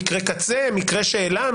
קשה מאוד לגזור מכך,